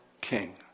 king